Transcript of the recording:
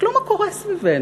תסתכלו מה קורה סביבנו,